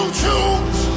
choose